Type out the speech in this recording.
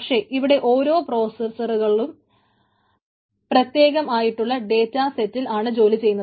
പക്ഷേ ഇവിടെ ഓരോ പ്രോസസറുകളും പ്രത്യേകം ആയിട്ടുള്ള ഡേറ്റ സെറ്റിൽ ആണ് ജോലി ചെയ്യുന്നത്